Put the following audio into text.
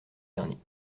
derniers